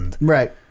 Right